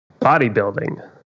Bodybuilding